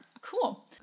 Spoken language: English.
Cool